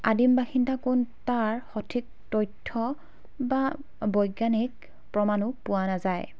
আদিম বাসিন্দা কোন তাৰ সঠিক তথ্য বা বৈজ্ঞানিক প্ৰমাণো পোৱা নাযায়